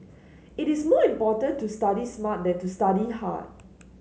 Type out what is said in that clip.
it is more important to study smart than to study hard